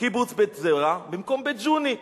קיבוץ בית-זרע במקום בית-ג'וני.